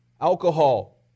alcohol